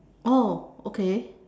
oh okay